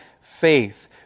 faith